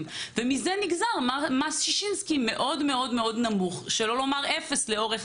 ומזה נגזר מס ששינסקי מאוד נמוך שלא לומר אפס לאורך